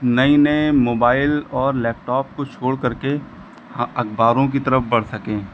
नई नई मोबाइल और लैपटॉप को छोड़कर के हाँ अखबारों की तरफ़ बढ़ सकें